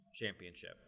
Championship